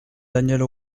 danielle